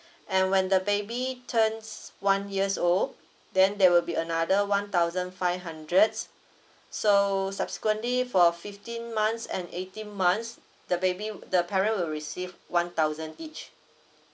and when the baby turns one year old then there will be another one thousand five hundred so subsequently for fifteen months and eighteen months the baby the parent will receive one thousand each